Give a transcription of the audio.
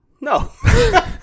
No